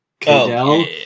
Cadell